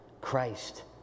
Christ